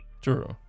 True